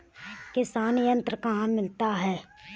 किसान यंत्र कहाँ मिलते हैं?